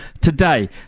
Today